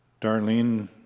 Darlene